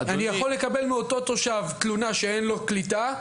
אני יכול לקבל מאותו תושב תלונה שאין לו קליטה,